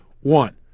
One